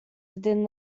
within